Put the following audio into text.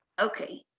Okay